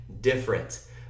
different